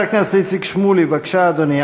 חבר הכנסת איציק שמולי, בבקשה, אדוני.